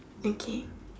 okay